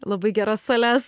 labai geras sales